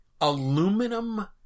aluminum